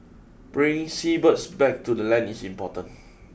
bringing seabirds back to the land is important